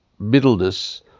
middleness